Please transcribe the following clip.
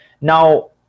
Now